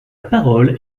parole